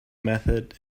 method